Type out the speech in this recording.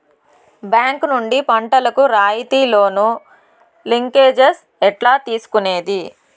Bank నుండి పంటలు కు రాయితీ లోను, లింకేజస్ ఎట్లా తీసుకొనేది?